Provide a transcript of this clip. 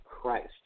Christ